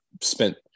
spent